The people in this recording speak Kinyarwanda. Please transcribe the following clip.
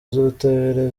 z’ubutabera